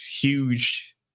huge